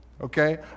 okay